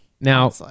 Now